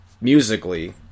musically